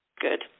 good